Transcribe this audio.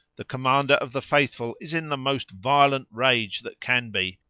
the commander of the faithful is in the most violent rage that can be,